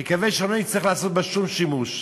נקווה שלא נצטרך לעשות בה שום שימוש.